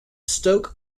stoke